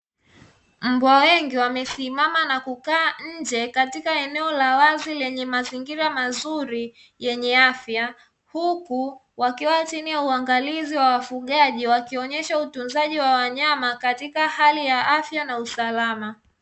Mbwa wengi wamesimama na kukaa nje katika eneo la wazi lenye mazingira mazuri yenye afya, huku wakiwa chini ya uangalizi wa wafugaji wakionyesha utunzaji wa wanyama katika hali ya afya na usalama.